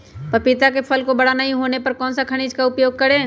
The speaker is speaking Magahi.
पपीता के फल को बड़ा नहीं होने पर कौन सा खनिज का उपयोग करें?